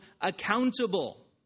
accountable